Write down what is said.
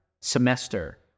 semester